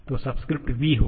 तो subscript v होगा